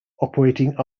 operating